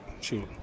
shoot